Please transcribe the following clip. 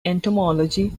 entomology